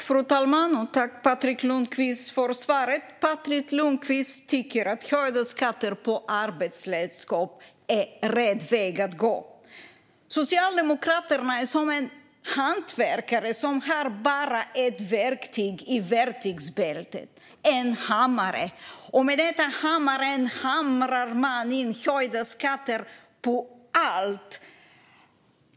Fru talman! Tack, Patrik Lundqvist, för svaret! Patrik Lundqvist tycker att höjda skatter på arbetsredskap är rätt väg att gå. Socialdemokraterna är som en hantverkare som bara har ett verktyg i verktygsbältet: en hammare. Med denna hammare hamrar man in höjda skatter på allt.